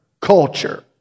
culture